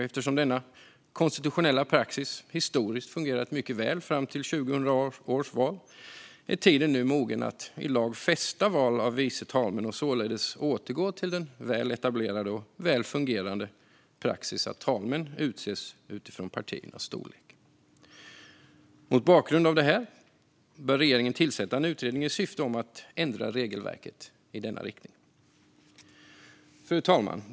Eftersom denna konstitutionella praxis historiskt fungerat mycket väl fram till 2018 års val är tiden nu mogen att i lag fästa val av vice talmän och således återgå till den väl etablerade och väl fungerande praxis som rått att talmän utses utifrån partiernas storlek. Mot bakgrund av det här bör regeringen tillsätta en utredning i syfte att ändra regelverket i denna riktning. Fru talman!